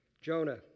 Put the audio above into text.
Jonah